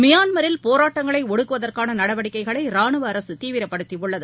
மியான்மரில் போராட்டங்களைடுக்குவதற்கானநடவடிக்கைகளைரானுவஅரசுதீவிரப்படுத்தியுள்ளது